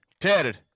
Ted